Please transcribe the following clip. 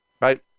right